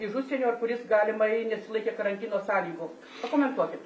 iš užsienio ir kuris galimai nesilaikė karantino sąlygų pakomentuokit